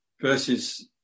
Verses